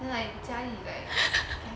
then like jia yu like